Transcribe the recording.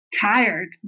tired